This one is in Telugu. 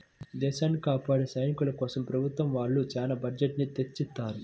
దేశాన్ని కాపాడే సైనికుల కోసం ప్రభుత్వం వాళ్ళు చానా బడ్జెట్ ని తెచ్చిత్తారు